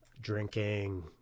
Drinking